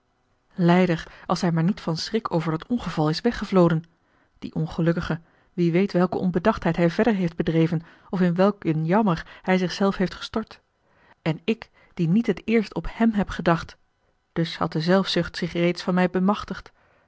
leider als hij maar niet van schrik over dat ongeval is weggevloden die ongelukkige wie weet welke onbedachtheid hij verder heeft bedreven of in welken jammer hij zich zelf heeft gestort en ik die niet het eerst op hem heb bedacht dus had de zelfzucht zich reeds van mij bemachtigd